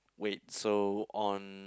wait so on